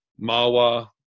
Mawa